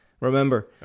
Remember